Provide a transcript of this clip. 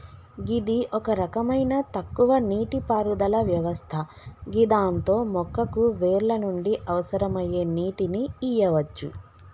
గిది ఒక రకమైన తక్కువ నీటిపారుదల వ్యవస్థ గిదాంతో మొక్కకు వేర్ల నుండి అవసరమయ్యే నీటిని ఇయ్యవచ్చు